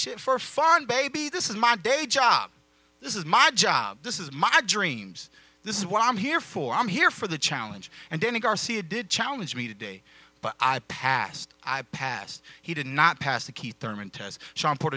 shit for fun baby this is my day job this is my job this is my dreams this is what i'm here for i'm here for the challenge and then he garcia did challenge me today but i passed i passed he did not pass a key term interest sha